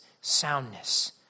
soundness